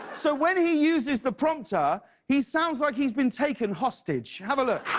so when he uses the prompter, he sounds like he's been taken hostage. have a look.